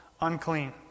unclean